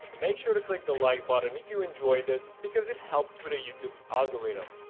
make sure to click the like button if you enjoyed this, because it helps with the youtube algorithm.